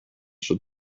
she